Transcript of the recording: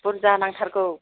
बुरजा नांथारगौ